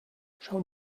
schauen